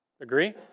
Agree